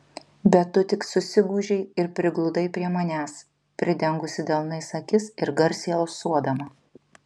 bet tu tik susigūžei ir prigludai prie manęs pridengusi delnais akis ir garsiai alsuodama